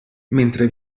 mentre